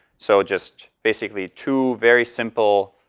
so just basically, two very simple